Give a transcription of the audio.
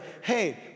hey